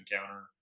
encounter